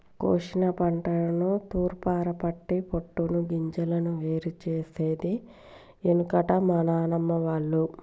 కోశిన పంటను తూర్పారపట్టి పొట్టును గింజలను వేరు చేసేది ఎనుకట మా నానమ్మ వాళ్లు